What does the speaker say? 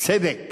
צדק